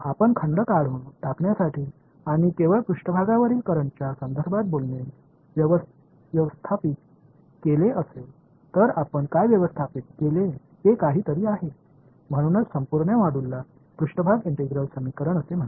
आपण खंड काढून टाकण्यासाठी आणि केवळ पृष्ठभागावरील करंटच्या संदर्भात बोलणे व्यवस्थापित केले असेल तर आपण काय व्यवस्थापित केले ते काही तरी आहे म्हणूनच संपूर्ण मॉड्यूलला पृष्ठभाग इंटिग्रल समीकरण असे म्हणतात